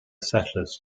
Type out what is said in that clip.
settlers